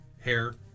hair